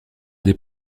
des